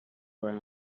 durant